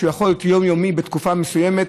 שהוא יכול להיות יומיומי בתקופה מסוימת,